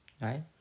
right